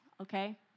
okay